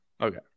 Okay